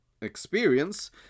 experience